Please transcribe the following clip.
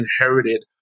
inherited